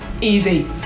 easy